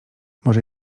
może